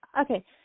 Okay